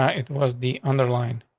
ah it was the underlying.